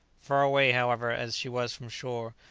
far away, however, as she was from shore,